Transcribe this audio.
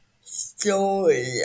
story